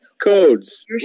codes